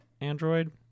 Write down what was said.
Android